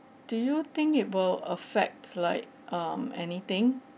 do you think it will affect like um anything